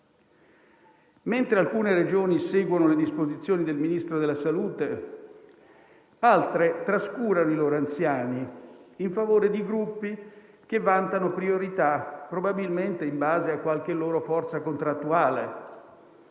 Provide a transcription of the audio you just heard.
Mentre alcune Regioni seguono le disposizioni del Ministro della salute, altre trascurano i loro anziani, in favore di gruppi che vantano priorità, probabilmente in base a qualche loro forza contrattuale.